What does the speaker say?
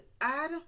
add